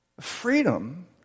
Freedom